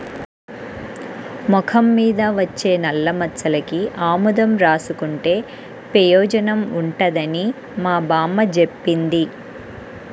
మొఖం మీద వచ్చే నల్లమచ్చలకి ఆముదం రాసుకుంటే పెయోజనం ఉంటదని మా బామ్మ జెప్పింది